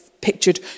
pictured